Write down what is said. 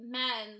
men